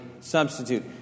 substitute